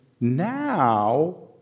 Now